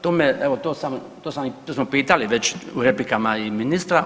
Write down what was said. To me, evo to smo pitali već u replikama i ministra.